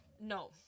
No